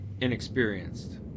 Inexperienced